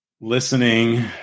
listening